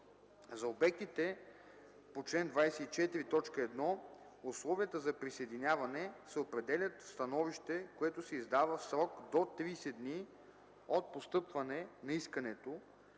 За обектите по чл. 24, т. 1 условията за присъединяване се определят в становище, което се издава в срок до 30 дни от постъпване на искането,